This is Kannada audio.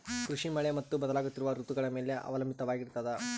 ಕೃಷಿ ಮಳೆ ಮತ್ತು ಬದಲಾಗುತ್ತಿರುವ ಋತುಗಳ ಮೇಲೆ ಅವಲಂಬಿತವಾಗಿರತದ